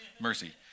Mercy